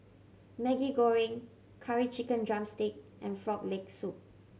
Maggi Goreng Curry Chicken drumstick and Frog Leg Soup